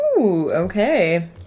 okay